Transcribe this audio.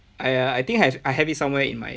!aiya! I think have I have it somewhere in my